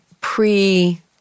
pre